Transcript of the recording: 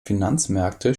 finanzmärkte